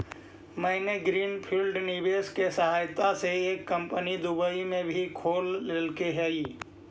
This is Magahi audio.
मैंने ग्रीन फील्ड निवेश के सहायता से एक कंपनी दुबई में भी खोल लेके हइ